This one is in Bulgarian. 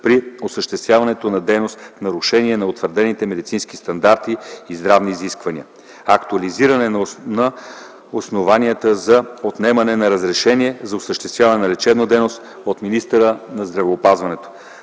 при осъществяване на дейност в нарушение на утвърдените медицински стандарти и здравни изисквания. - Актуализиране на основанията за отнемане на разрешение за осъществяване на лечебна дейност от министъра на здравеопазването.